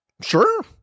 Sure